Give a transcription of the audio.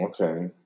Okay